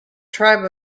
tribe